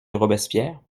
robespierre